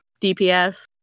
DPS